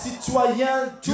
citoyen